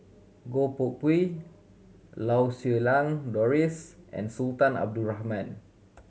Goh Koh Pui Lau Siew Lang Doris and Sultan Abdul Rahman